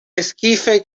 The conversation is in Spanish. esquife